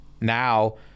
now –